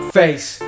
face